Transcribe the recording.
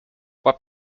what